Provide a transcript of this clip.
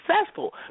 successful